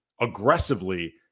aggressively